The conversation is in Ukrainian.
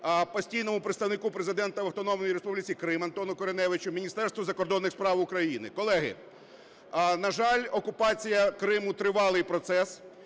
Постійному представнику Президента в Автономній Республіці Крим Антону Кориневичу, Міністерству закордонних справ України. Колеги, на жаль, окупація Криму – тривалий процес,